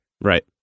Right